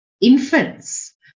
infants